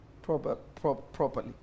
Properly